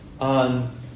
on